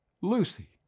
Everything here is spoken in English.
Lucy